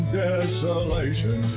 desolation